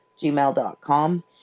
gmail.com